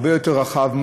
הרבה יותר רחבות,